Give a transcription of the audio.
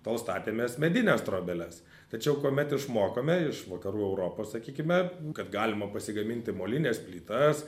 tol statėmės medines trobeles tačiau kuomet išmokome iš vakarų europos sakykime kad galima pasigaminti molines plytas